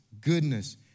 goodness